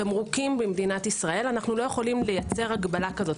תמרוקים במדינת ישראל אנו לא יכולים לייצר הגבלה כזו.